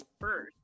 first